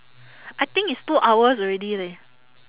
I think it's two hours already leh